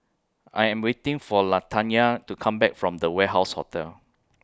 I Am waiting For Latanya to Come Back from The Warehouse Hotel